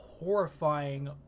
horrifying